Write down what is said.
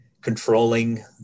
controlling